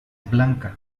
blanca